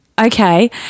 Okay